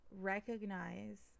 recognize